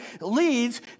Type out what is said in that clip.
leads